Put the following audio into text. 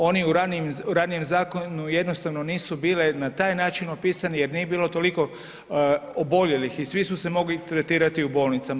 Oni u ranijem zakonu jednostavno nisu bile na taj način opisani jer nije bilo toliko oboljelih i svi su se mogli tretirati u bolnicama.